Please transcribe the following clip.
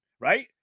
right